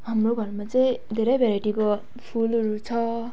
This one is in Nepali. हाम्रो घरमा चाहिँ धेरै भेराइटीको फुलहरू छ